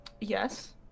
yes